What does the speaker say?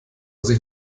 sich